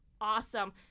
awesome